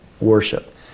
worship